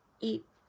eat